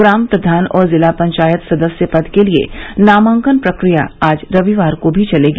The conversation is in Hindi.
ग्राम प्रधान और जिला पंचायत सदस्य पद के लिये नामांकन प्रक्रिया आज रविवार को भी चलेगी